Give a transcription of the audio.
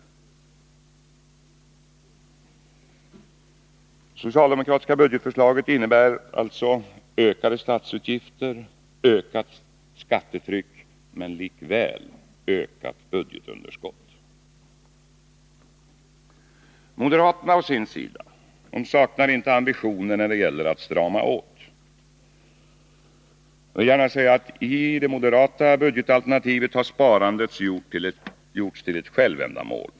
Det socialdemokratiska budgetförslaget innebär alltså ökade statsutgifter och ökat skattetryck men likväl ökat budgetunderskott. Moderaterna å sin sida saknar inte ambitioner när det gäller att strama åt. Jag vill gärna säga att i det moderata budgetalternativet har sparandet gjorts till ett självändamål.